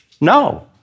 No